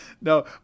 No